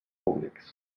públics